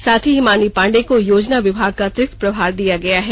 साथ ही हिमानी पांडे को योजना विभाग का अतिरिक्त प्रभार दिया गया है